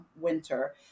winter